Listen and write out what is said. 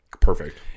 Perfect